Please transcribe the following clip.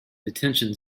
detention